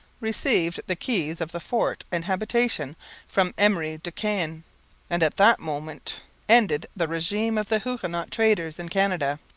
received the keys of the fort and habitation from emery de caen and at that moment ended the regime of the huguenot traders in canada.